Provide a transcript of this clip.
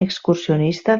excursionista